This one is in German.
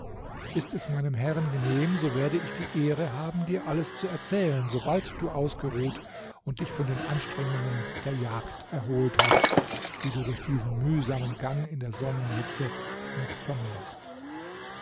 ist es meinem herrn genehm so werde ich die ehre haben dir alles zu erzählen sobald du ausgeruht und dich von den anstrengungen der jagd erholt hast die du durch diesen mühsamen gang in der sonnenhitze noch vermehrst